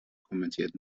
kommentiert